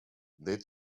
did